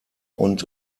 und